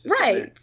Right